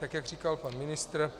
Tak jak říkal pan ministr